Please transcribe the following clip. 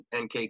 NK